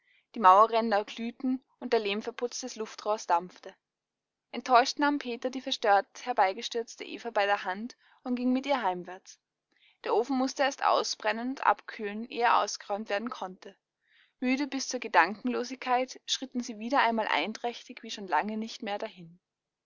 die mauerränder glühten und der lehmverputz des luftrohrs dampfte enttäuscht nahm peter die verstört herbeigestürzte eva bei der hand und ging mit ihr heimwärts der ofen mußte erst ausbrennen und abkühlen ehe er ausgeräumt werden konnte müde bis zur gedankenlosigkeit schritten sie wieder einmal einträchtig wie schon lange nicht mehr dahin